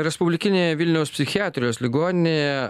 respublikinėje vilniaus psichiatrijos ligoninėje